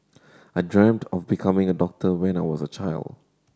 I dreamt of becoming a doctor when I was a child